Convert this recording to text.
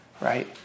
right